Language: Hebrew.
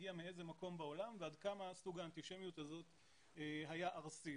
מאיזה מקום בעולם היא הגיעה ועד כמה סוג האנטישמיות הזאת היה ארסי.